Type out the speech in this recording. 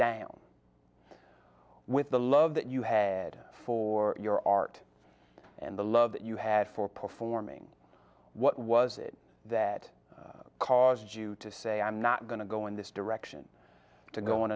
down with the love that you had for your art and the love that you had for performing what was it that caused you to say i'm not going to go in this direction to go on